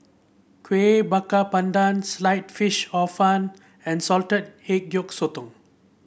Kueh Bakar Pandan Sliced Fish Hor Fun and Salted Egg Yolk Sotong